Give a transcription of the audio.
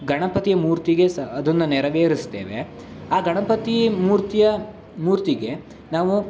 ಗಣಪತಿಯ ಮೂರ್ತಿಗೆ ಸ ಅದನ್ನು ನೆರವೇರಿಸ್ತೇವೆ ಆ ಗಣಪತಿ ಮೂರ್ತಿಯ ಮೂರ್ತಿಗೆ ನಾವು